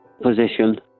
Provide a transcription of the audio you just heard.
Position